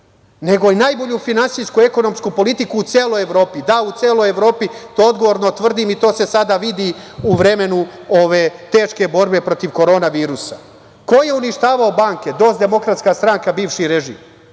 nego i najbolju finansijsko-ekonomsku politiku u celoj Evropi. Da, u celoj Evropi, to odgovorno tvrdim i to se sada vidi u vremenu ove teške borbe protiv korona virusa. Ko je uništavao banke? Demokratska opozicija